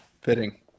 fitting